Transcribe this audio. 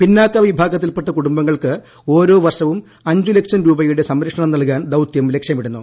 പിന്നാക്ക വിഭാഗത്തിൽപ്പെട്ട കുടുംബങ്ങൾക്ക് ഓരോ വർഷവും അഞ്ചു ലക്ഷം രൂപയുടെ സംരക്ഷണം നല്കാൻ ദൌത്യം ലക്ഷ്യമിടുന്നു